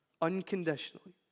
unconditionally